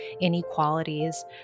inequalities